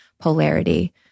polarity